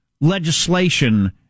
legislation